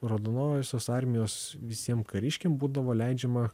raudonosios armijos visiem kariškiam būdavo leidžiama